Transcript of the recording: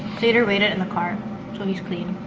slater waited in the car, so he's clean